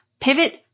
pivot